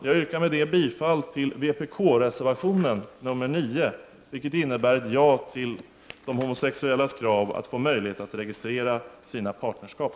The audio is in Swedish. Jag yrkar med detta bifall till vpk-reservationen nr 9, vilket innebär ett ja till de homosexuellas krav att få möjlighet att registrera sina partnerskap.